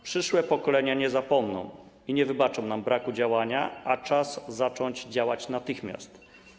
Przyszłe pokolenia nie zapomną i nie wybaczą nam braku działania, a czas zacząć działać natychmiast.